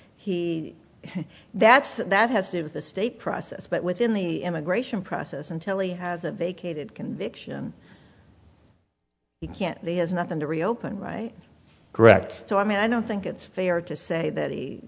he that's that has to do with the state process but within the immigration process until he has a vacated conviction you can't leave has nothing to reopen right correct so i mean i don't think it's fair to say that he